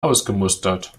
ausgemustert